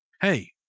hey